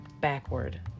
backward